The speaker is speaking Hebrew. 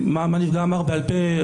מה הנפגע אמר בעל פה?